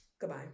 Goodbye